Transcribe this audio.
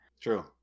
True